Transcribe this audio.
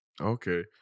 Okay